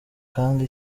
kandi